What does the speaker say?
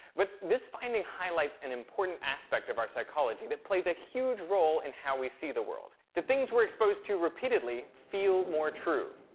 but this finding highlights an important aspect of our psychology that plays a huge role in how we see the world. the things we are exposed to repeatedly feel more true.